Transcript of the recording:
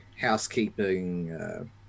housekeeping